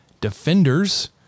defenders